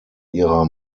ihrer